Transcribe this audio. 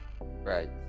Right